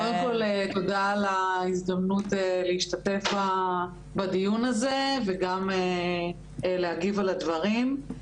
קודם כל תודה על ההזדמנות להשתתף בדיון הזה וגם להגיב על הדברים.